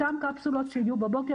אותן קפסולות שיהיו בבוקר,